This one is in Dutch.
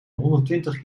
honderdtwintig